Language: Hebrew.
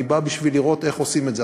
ואני בא בשביל לראות איך עושים את זה.